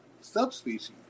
subspecies